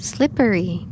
Slippery